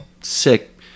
sick